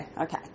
Okay